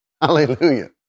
Hallelujah